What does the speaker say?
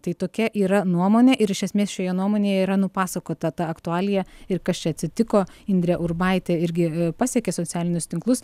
tai tokia yra nuomonė ir iš esmės šioje nuomonėje yra nupasakota ta aktualija ir kas čia atsitiko indrė urbaitė irgi pasekė socialinius tinklus